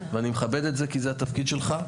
ואני מכבד את זה, כי זה התפקיד שלך.